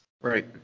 Right